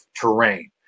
terrain